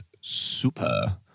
super